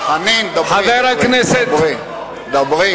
אין צורך שהם ייכנסו לכפרים הערביים,